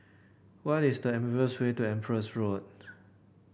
what is the easiest way to Empress Road